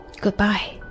Goodbye